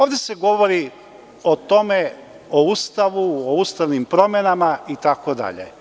Ovde se govori o tome, o Ustavu, o ustavnim promenama itd.